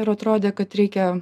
ir atrodė kad reikia